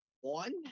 one